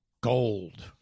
gold